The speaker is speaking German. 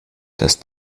das